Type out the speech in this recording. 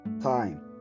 Time